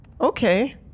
Okay